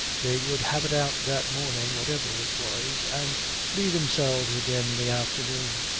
they would have it out that morning whatever it was, and be themselves again in the afternoon.